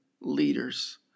leaders